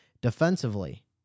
Defensively